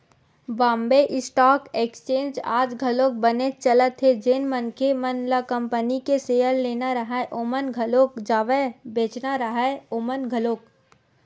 Bombay stock exchange आज घलोक बनेच चलत हे जेन मनखे मन ल कंपनी के सेयर लेना राहय ओमन घलोक जावय बेंचना राहय ओमन घलोक